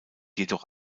jedoch